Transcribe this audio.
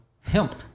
hemp